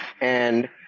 And-